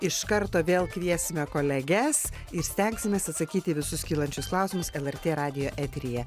iš karto vėl kviesime koleges ir stengsimės atsakyti į visus kylančius klausimus lrt radijo eteryje